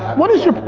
what is your.